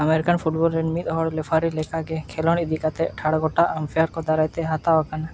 American football ᱨᱮ ᱢᱤᱫ ᱦᱚᱲ ᱞᱮᱯᱷᱟᱨᱤ ᱞᱮᱠᱟᱜᱮ ᱠᱷᱮᱞᱳᱲ ᱤᱫᱤ ᱠᱟᱛᱮᱫ ᱴᱷᱟᱲᱚ ᱜᱚᱴᱟ ᱟᱢᱯᱮᱭᱟᱨ ᱠᱚ ᱫᱟᱨᱟᱭ ᱛᱮ ᱦᱟᱛᱟᱣᱟᱠᱟᱱᱟ